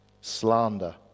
slander